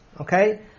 okay